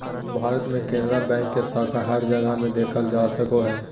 भारत मे केनरा बैंक के शाखा हर जगह मे देखल जा सको हय